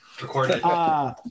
Recorded